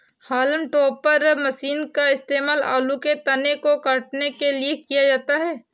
haulm topper machine का इस्तेमाल आलू के तने को काटने के लिए किया जाता है